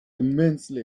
immensely